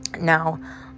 now